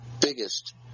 biggest